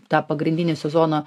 tą pagrindinį sezono